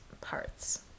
parts